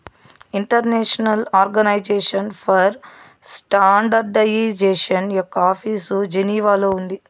international organisation for standardisation యొక్క office జెనీవాలో ఉంది